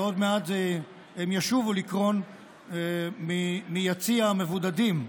ועוד מעט הן ישובו לקרון מיציע המבודדים.